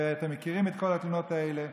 ואתם מכירים את כל התלונות האלה.